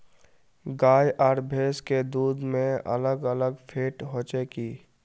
गाय आर भैंस के दूध में अलग अलग फेट होचे की?